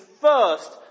first